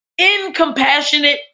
incompassionate